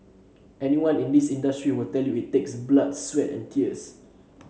anyone in this industry will tell you it takes blood sweat and tears